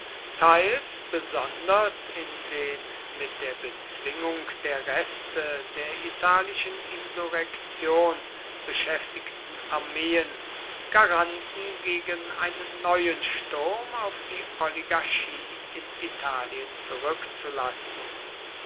teils besonders in den mit der bezwingung der reste der italischen insurrektion beschäftigten armeen garanten gegen einen neuen sturm auf die oligarchie in italien zurückzulassen